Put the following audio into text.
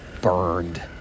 burned